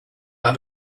have